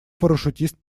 парашютист